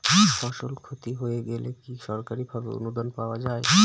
ফসল ক্ষতি হয়ে গেলে কি সরকারি ভাবে অনুদান পাওয়া য়ায়?